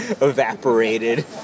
evaporated